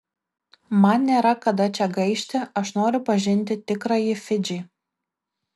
man nėra kada čia gaišti aš noriu pažinti tikrąjį fidžį